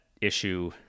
issue